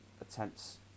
attempts